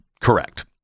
Correct